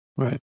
Right